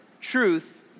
truth